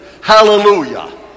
Hallelujah